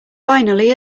finally